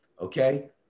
Okay